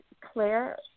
Claire